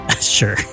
Sure